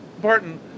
barton